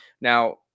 Now